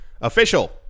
official